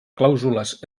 clàusules